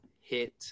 hit